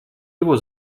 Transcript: его